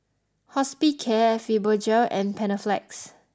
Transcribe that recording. Hospicare Fibogel and Panaflex